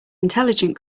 intelligent